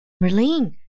Merlin